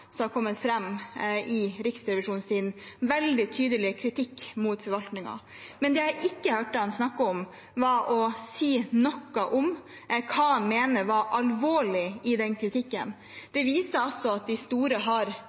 som har kommet fram i Riksrevisjonens veldig tydelige kritikk av forvaltningen. Det jeg ikke hørte ham si noe om, var hva han mener er alvorlig i den kritikken. Den viser at de store har